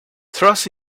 trust